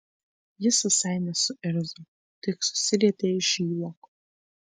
jis visai nesuirzo tik susirietė iš juoko